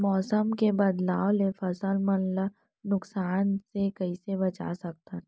मौसम के बदलाव ले फसल मन ला नुकसान से कइसे बचा सकथन?